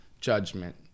judgment